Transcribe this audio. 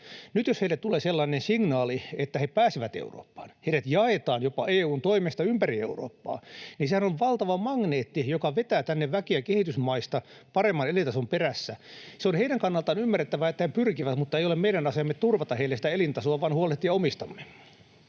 Nyt jos heille tulee sellainen signaali, että he pääsevät Eurooppaan ja heidät jaetaan jopa EU:n toimesta ympäri Eurooppaa, niin sehän on valtava magneetti, joka vetää tänne väkeä kehitysmaista paremman elintason perässä. Se on heidän kannaltaan ymmärrettävää, että he pyrkivät, mutta ei ole meidän asiamme turvata heille sitä elintasoa, vaan asiamme on huolehtia omistamme.